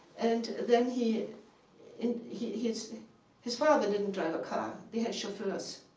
and then he and he his his father didn't drive a car, they had chauffeurs